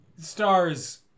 stars